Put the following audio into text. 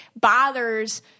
bothers